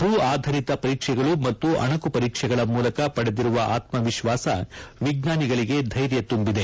ಭೂ ಆಧಾರಿತ ಪರೀಕ್ಷೆಗಳು ಮತ್ತು ಅಣಕು ಪರೀಕ್ಷೆಗಳ ಮೂಲಕ ಪಡೆದಿರುವ ಆತ್ಮವಿಶ್ವಾಸ ವಿಜ್ವಾನಿಗಳಿಗೆ ಧೈರ್ಯ ತುಂಬಿದೆ